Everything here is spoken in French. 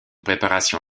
préparation